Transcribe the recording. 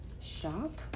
shop